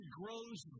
grows